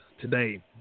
today